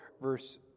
verse